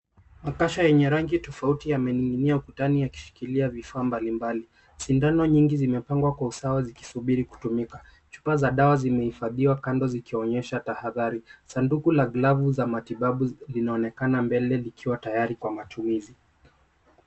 Makasha yenye rangi tofauti yamening'inia ukutani yakishikilia vifaa mbalimbali. Sindano nyingi zimepangwa kwa usawa zikisubiri kutumika. Chupa za dawa zimehifadhiwa kando zikionyesha tahadhari. Sanduku la glavu za matibabu linaonekana mbele vikiwa tayari kwa matumizi.